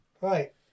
Right